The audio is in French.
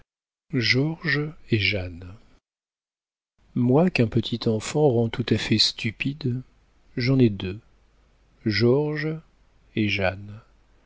blanches moi qu'un petit enfant rend tout à fait stupide j'en ai deux george et jeanne